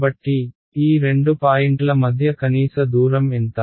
కాబట్టి ఈ రెండు పాయింట్ల మధ్య కనీస దూరం ఎంత